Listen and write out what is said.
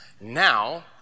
Now